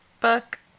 book